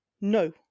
No